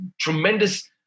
tremendous